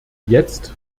jetzt